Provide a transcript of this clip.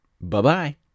Bye-bye